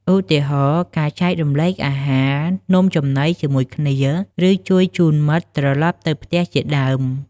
ឧទាហរណ៍ ការចែករំលែកអាហារ នំចំណីជាមួយគ្នា ឬ ជួយជូនមិត្តត្រឡប់ទៅផ្ទះជាដើម។